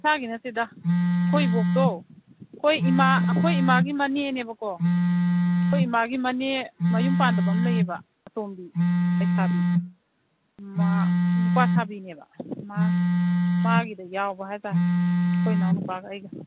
ꯏꯁꯥꯒꯤ ꯅꯠꯇꯦꯗ ꯑꯩꯈꯣꯏ ꯏꯕꯣꯛꯇꯣ ꯑꯩꯈꯣꯏ ꯏꯃꯥꯒꯤ ꯃꯅꯦꯅꯦꯕꯀꯣ ꯑꯩꯈꯣꯏ ꯏꯃꯥꯒꯤ ꯃꯅꯦ ꯃꯌꯨꯝ ꯄꯥꯟꯗꯕ ꯑꯃ ꯂꯩꯌꯦꯕ ꯑꯇꯣꯝꯕꯤ ꯂꯩꯁꯥꯕꯤ ꯃꯥ ꯅꯨꯄꯥ ꯁꯥꯕꯤꯅꯦꯕ ꯃꯥꯒꯤꯗ ꯌꯥꯎꯕ ꯍꯥꯏꯇꯔꯦ ꯑꯩꯈꯣꯏ ꯏꯅꯥꯎ ꯅꯨꯄꯥꯒ ꯑꯩꯒ